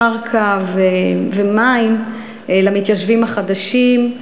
קרקע ומים למתיישבים החדשים,